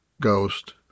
Ghost